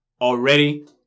already